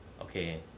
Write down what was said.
Okay